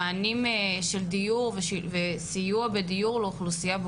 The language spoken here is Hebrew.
למענים של דיור וסיוע בדיור לאוכלוסייה טרנסית